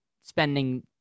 spending